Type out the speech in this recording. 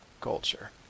culture